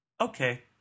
okay